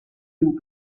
dem